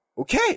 okay